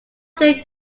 then